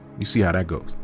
you see how that goes.